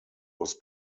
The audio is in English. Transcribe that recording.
was